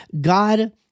God